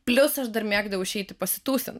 plius aš dar mėgdavau išeiti pasitūsint